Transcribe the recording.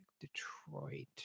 Detroit